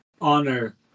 honor